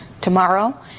tomorrow